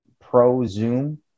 pro-Zoom